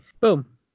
boom